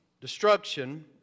destruction